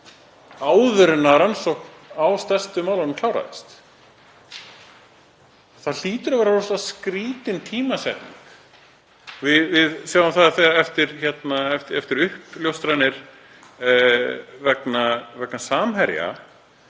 áður en rannsókn á stærstu málunum klárast. Það hlýtur að vera rosalega skrýtin tímasetning. Við sjáum það eftir uppljóstranir vegna Samherja